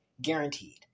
Guaranteed